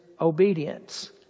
Obedience